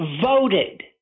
voted